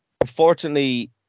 unfortunately